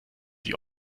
sie